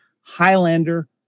Highlander